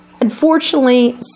Unfortunately